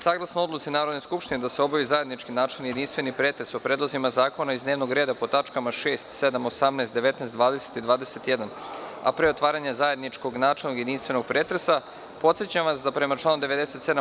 Saglasno odluci Narodne skupštine da se obavi zajednički načelni jedinstveni pretres o predlozima zakona iz dnevnog reda pod tačkama 6, 7, 18, 19, 20. i 21, a pre otvaranja zajedničkog načelnog i jedinstvenog pretresa, podsećam vas da prema članu 97.